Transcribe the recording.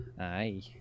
aye